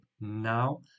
now